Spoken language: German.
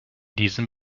diesem